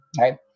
right